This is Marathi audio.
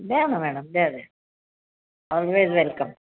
द्या ना मॅडम द्या द्या ऑल्वेज वेलकम